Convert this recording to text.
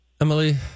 Emily